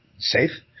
safe